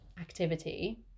activity